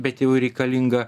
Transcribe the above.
bet jau reikalinga